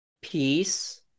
Peace